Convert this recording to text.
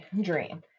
dream